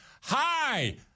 hi